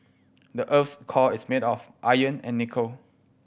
the earth's core is made of iron and nickel